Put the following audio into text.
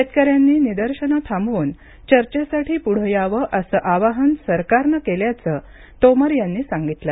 शेतकऱ्यांनी निदर्शनं थांबवून चर्चेसाठी पुढे यावं असं आवाहन सरकारनं केल्याचं तोमर यांनी सांगितलं